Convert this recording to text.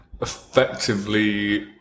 effectively